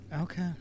okay